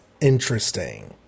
interesting